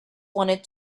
wanted